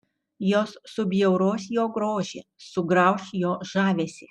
jos subjauros jo grožį sugrauš jo žavesį